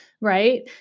Right